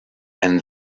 and